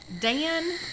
Dan